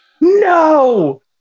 No